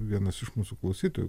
vienas iš mūsų klausytojų